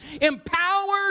empowered